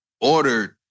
ordered